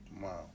Wow